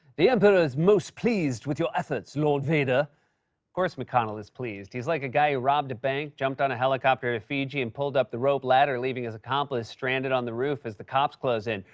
the emperor is most pleased with your efforts, lord vader. of course mcconnell is pleased. he's like a guy who robbed a bank, jumped on a helicopter to fiji, and pulled up the rope ladder, leaving his accomplice stranded on the roof as the cops close in.